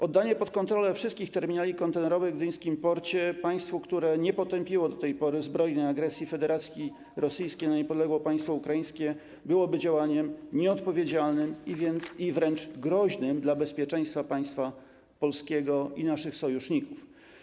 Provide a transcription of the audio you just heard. Oddanie pod kontrolę wszystkich terminali kontenerowych w gdyńskim porcie państwu, które nie potępiło do tej pory zbrojnej agresji Federacji Rosyjskiej na niepodległe państwo ukraińskie, byłoby działaniem nieodpowiedzialnym i wręcz groźnym dla bezpieczeństwa państwa polskiego i naszych sojuszników.